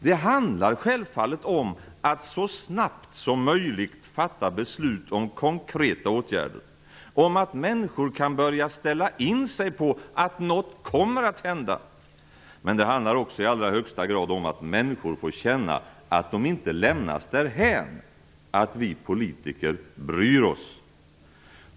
Det handlar självfallet om att så snabbt som möjligt fatta beslut om konkreta åtgärder, om att människor kan börja ställa in sig på att något kommer att hända. Men det handlar också i allra högsta grad om att människor får känna att de inte lämnas därhän och att vi politiker bryr oss.